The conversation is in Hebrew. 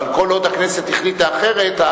אבל כל עוד הכנסת החליטה אחרת,